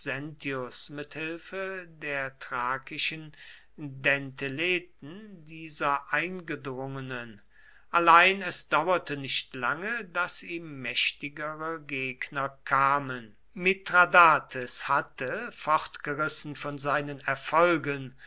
mit hilfe der thrakischen dentheleten dieser eingedrungenen allein es dauerte nicht lange daß ihm mächtigere gegner kamen mithradates hatte fortgerissen von seinen erfolgen